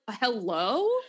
hello